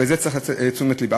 וזה צריך להסב את תשומת לבם.